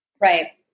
Right